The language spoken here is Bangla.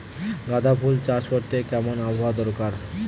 গাঁদাফুল চাষ করতে কেমন আবহাওয়া দরকার?